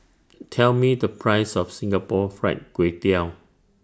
Tell Me The Price of Singapore Fried Kway Tiao